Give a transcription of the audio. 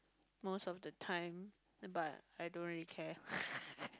most of the time but I don't really care